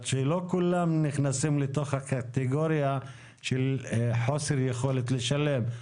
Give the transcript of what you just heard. שלא כולם נכנסים לתוך הקטגוריה של חוסר יכולת לשלם,